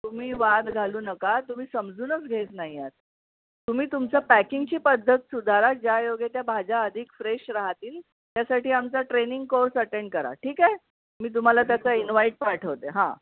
तुम्ही वाद घालू नका तुम्ही समजूनच घेत नाही आहात तुम्ही तुमच्या पॅकिंगची पद्धत सुधारा ज्या योगे त्या भाज्या अधिक फ्रेश राहतील त्यासाठी आमचा ट्रेनिंग कोर्स अटेंड करा ठीक आहे मी तुम्हाला त्याचा इन्व्हाईट पाठवते हां